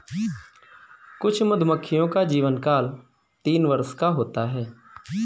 कुछ मधुमक्खियों का जीवनकाल तीन वर्ष का होता है